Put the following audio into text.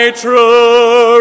true